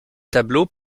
tableaux